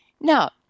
Now